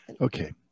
Okay